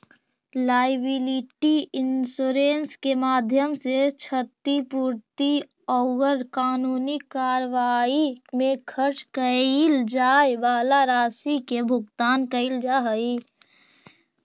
liability insurance के माध्यम से क्षतिपूर्ति औउर कानूनी कार्रवाई में खर्च कैइल जाए वाला राशि के भुगतान कैइल जा हई